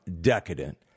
decadent